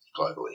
globally